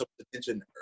attention